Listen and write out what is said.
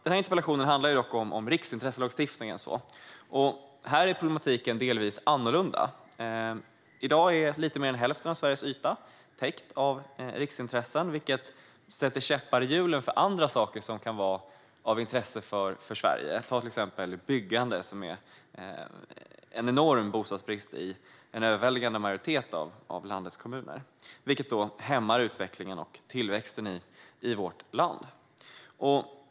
Denna interpellation handlar dock om riksintresselagstiftningen, och där är problematiken delvis annorlunda. I dag är lite mer än hälften av Sveriges yta täckt av riksintressen, vilket sätter käppar i hjulen för andra saker som kan vara av intresse för Sverige. En sådan sak kan vara byggande. Det råder ju en enorm bostadsbrist i en överväldigande majoritet av landets kommuner, vilket hämmar utvecklingen och tillväxten i vårt land.